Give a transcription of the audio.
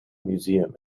museum